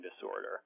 disorder